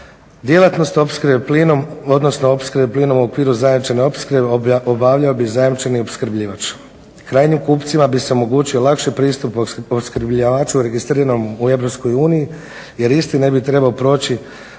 odnosno opskrbe plinom u okviru zajamčene opskrbe obavljao bi zajamčeni opskrbljivač. Krajnjim kupcima bi se omogućio lakši pristup opskrbljivaču registriranom u EU jer isti ne bi trebao proći